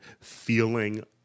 feeling